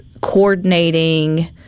coordinating